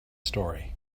story